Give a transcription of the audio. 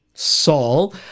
Saul